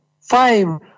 five